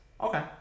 Okay